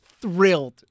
thrilled